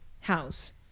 house